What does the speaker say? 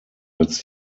als